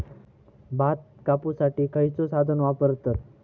भात कापुसाठी खैयचो साधन वापरतत?